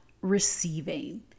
receiving